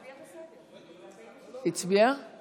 התש"ף 2020, לוועדת הכלכלה נתקבלה.